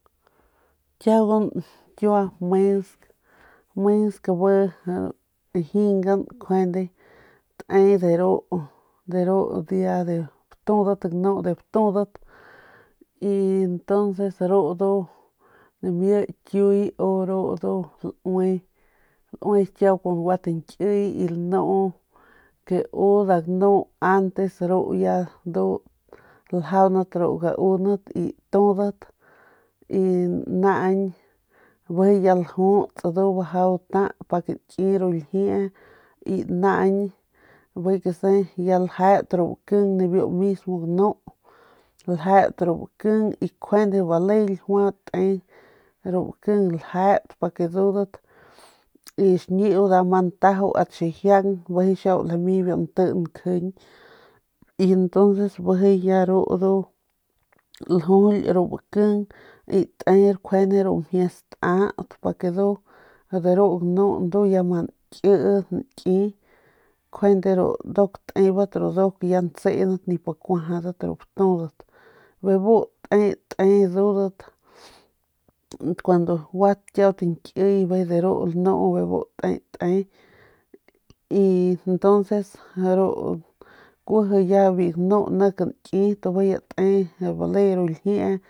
Kiaguan kiua mens mens jingan bi te ru dia de ganu de batudat y tonces ru ndu nami kiuy u ru u laui kun kiau gua tañkiy ke nda ganu antes ru ya ljaundat ru gaundat y tudat y naañ ya ljus bajau gata pa nki ru ljiee y naañ ya ljeut ru baking de ru mismo ganu y kjuende bale ljiua te y bale baking ljeut y xiñiu ast xijiang nda ma ntaju ast xijiang bijiy xiau lami biu nti nkjiñ y ljujul ru baking y te ru mjie staut ndu de ru ganu ya ma nki ma nki kiji nik biu ganu kun nki te bale ru ljiee biu dagujun ni ya le te bijiy ya bu lii ya entonces ya bu lii y ndu te ya te biu kampiujun.